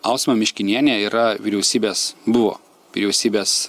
ausma miškinienė yra vyriausybės buvo vyriausybės